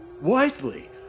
wisely